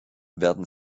werden